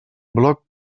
bloc